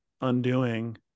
undoing